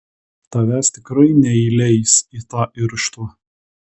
tavęs tikrai neįleis į tą irštvą